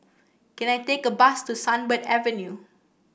can I take a bus to Sunbird Avenue